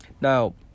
now